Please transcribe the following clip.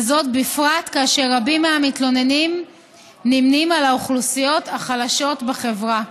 בפרט כאשר רבים מהמתלוננים נמנים עם האוכלוסיות החלשות בחברה.